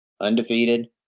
undefeated